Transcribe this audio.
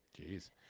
Jeez